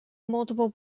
multiple